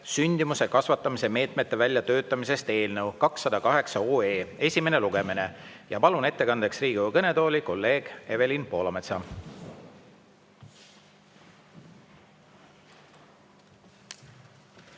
"Sündimuse kasvatamise meetmete väljatöötamisest" eelnõu 208 esimene lugemine. Ma palun ettekandeks Riigikogu kõnetooli kolleeg Evelin Poolametsa!